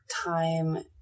time